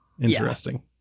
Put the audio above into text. Interesting